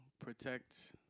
protect